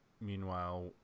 Meanwhile